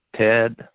Ted